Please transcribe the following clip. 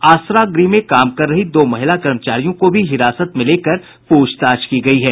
आसरा गृह में काम कर रही दो महिला कर्मचारियों को भी हिरासत मे लेकर पूछताछ की गयी है